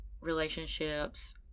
relationships